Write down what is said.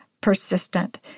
persistent